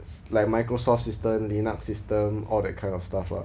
it's like microsoft system linux system or that kind of stuff lah